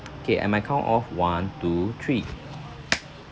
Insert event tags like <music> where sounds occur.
okay at my count of one two three <noise>